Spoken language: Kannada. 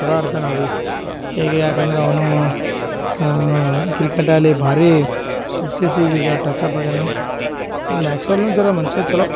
ಚಲೊ ಆಡ್ತಾನೆ ಅವ ಬಿ ಈಗ ಯಾಕಂದ್ರೆ ಅವನು ಕ್ರಿಕೆಟಲ್ಲಿ ಭಾರಿ ಸಕ್ಸಸಿಗೆ ಜ ಟಚಪ್ ಆಗ್ಯಾನ ಒನ್ ಮಾಕ್ಸ್ವೆಲ್ನು ಜರ ಮನುಷ್ಯ ಚಲೊ